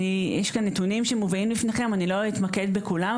יש פה נתונים שמובאים לפניכם ואני לא אתמקד בכולם,